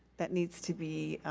that needs to be,